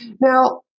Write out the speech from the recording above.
Now